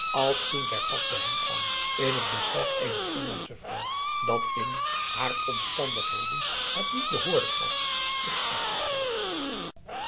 als toen zij pas bij hem kwam in het besef eener inlandsche vrouw dat in haar omstandigheden het niet behoorlijk was zich aan te stellen